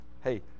Hey